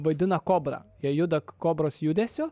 vaidina kobrą jie juda kobros judesiu